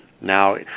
now